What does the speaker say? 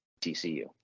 TCU